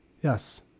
Yes